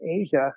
Asia